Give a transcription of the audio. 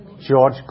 George